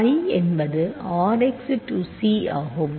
எனவே phi என்பது R x to C ஆகும்